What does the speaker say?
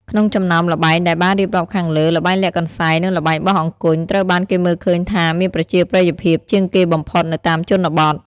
ក្នុងចំណោមល្បែងដែលបានរៀបរាប់ខាងលើ ល្បែងលាក់កន្សែង និង ល្បែងបោះអង្គញ់ ត្រូវបានគេមើលឃើញថាមានប្រជាប្រិយភាពជាងគេបំផុតនៅតាមជនបទ ។